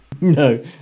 No